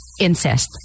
incest